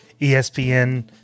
ESPN